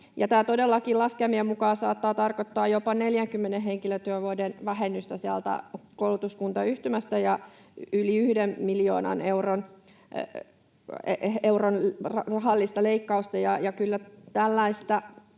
Tämä todellakin laskelmien mukaan saattaa tarkoittaa jopa 40 henkilötyövuoden vähennystä sieltä koulutuskuntayhtymästä ja yli yhden miljoonan euron rahallista leikkausta.